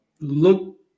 look